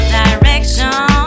direction